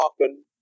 often